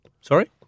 Sorry